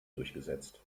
durchgesetzt